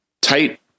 tight